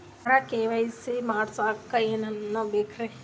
ಸರ KYC ಮಾಡಸಕ್ಕ ಎನೆನ ಬೇಕ್ರಿ?